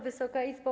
Wysoka Izbo!